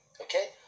okay